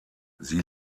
sie